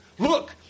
Look